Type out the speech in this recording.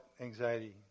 anxiety